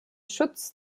schutz